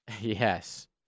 Yes